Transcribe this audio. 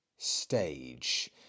Stage